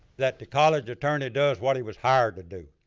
that the college attorney does what he was hired to do.